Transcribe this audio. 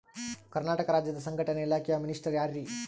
ಕರ್ನಾಟಕ ರಾಜ್ಯದ ಸಂಘಟನೆ ಇಲಾಖೆಯ ಮಿನಿಸ್ಟರ್ ಯಾರ್ರಿ?